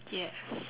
yes